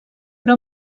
però